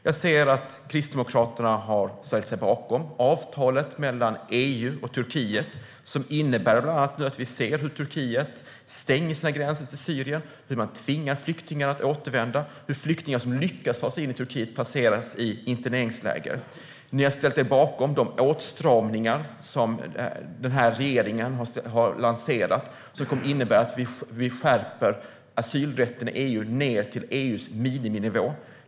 Jag ser att Kristdemokraterna har ställt sig bakom avtalet mellan EU och Turkiet, som bland annat innebär att vi nu ser att Turkiet stänger sina gränser till Syrien och tvingar flyktingar att återvända och att flyktingar som lyckas ta sig in i Turkiet placeras i interneringsläger. Ni har ställt er bakom de åtstramningar som den här regeringen har lanserat och som kommer att innebära att vi skärper asylrätten i EU ned till EU:s miniminivå.